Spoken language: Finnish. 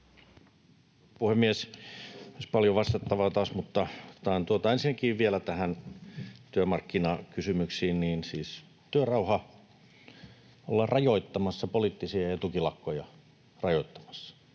puhemies! Olisi paljon vastattavaa taas. Ensinnäkin vielä näihin työmarkkinakysymyksiin: Siis työrauha, ollaan rajoittamassa poliittisia ja tukilakkoja — rajoittamassa.